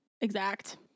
exact